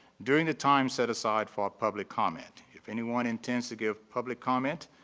during the time set aside for public comment. if anyone intends to give public comment,